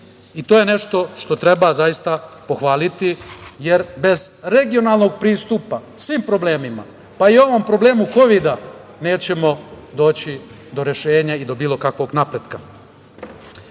To je nešto što treba zaista pohvaliti, jer bez regionalnog pristupa svim problemima, pa i ovom problemu COVID-a nećemo doći do rešenja i do bilo kakvog napretka. Meni